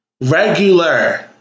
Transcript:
regular